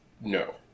No